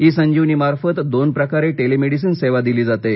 इ संजीवनी मार्फत दोन प्रकारे टेलिमेडिसिन सेवा दिली जाते